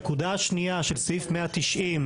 הנקודה השנייה של סעיף 190,